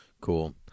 cool